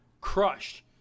crushed